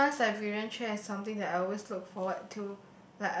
the chance I believe there something that I always look forward to